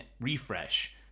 refresh